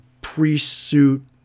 pre-suit